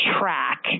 track